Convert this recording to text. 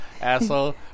Asshole